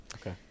Okay